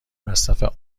مصرف